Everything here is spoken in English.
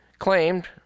Claimed